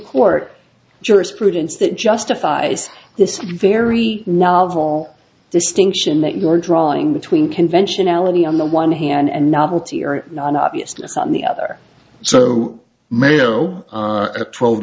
court jurisprudence that justifies this very novel distinction that you're drawing between conventionality on the one hand and novelty or non obviousness on the other so mayo at twelve